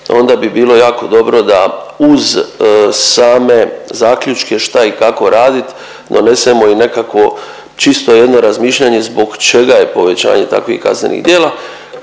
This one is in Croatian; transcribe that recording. onda bi bilo jako dobro da uz same zaključke šta i kako radit donesemo i nekakvo čisto jedno razmišljanje zbog čega je povećanje takvih kaznenih djela,